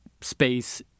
Space